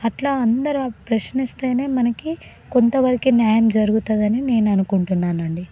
అట్లా అందరు ప్రశ్నిస్తేనే మనకి కొంతవరకే న్యాయం జరుగతుందని నేను అనుకుంటున్నాను అండి